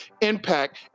impact